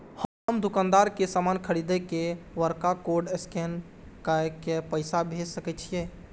हम दुकानदार के समान खरीद के वकरा कोड स्कैन काय के पैसा भेज सके छिए?